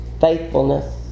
Faithfulness